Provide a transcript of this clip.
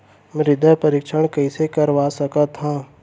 मृदा परीक्षण कइसे करवा सकत हन?